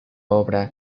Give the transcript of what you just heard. obra